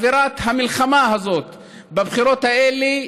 אווירת המלחמה הזאת בבחירות האלה,